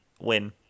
win